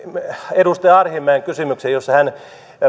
edustaja arhinmäen kysymykseen jossa hän